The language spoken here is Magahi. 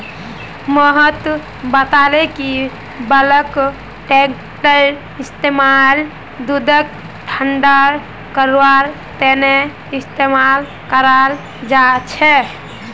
मोहित बताले कि बल्क टैंककेर इस्तेमाल दूधक ठंडा करवार तने इस्तेमाल कराल जा छे